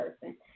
person